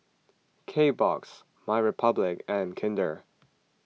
Kbox MyRepublic and Kinder